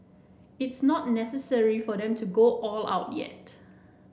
it's not necessary for them to go all out yet